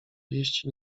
wieści